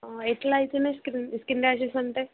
ఎట్లవుతన్నాయి skin skin rashes అంటే